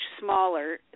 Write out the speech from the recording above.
smaller